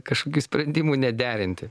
kažkokių sprendimų nederinti